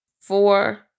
four